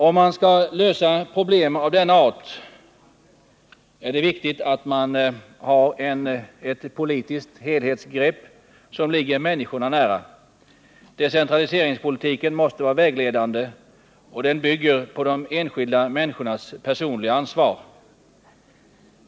Om man skall kunna lösa problem av denna art, är det viktigt att man har 121 ett politiskt helhetsgrepp som ligger människorna nära. Decentraliseringspolitiken måste vara vägledande, och den bygger på de enskilda människornas personliga ansvar.